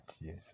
yes